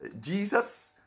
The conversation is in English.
Jesus